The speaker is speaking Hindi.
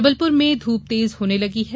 जबलपुर में ध्रप तेज होने लगी है